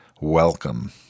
welcome